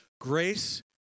Grace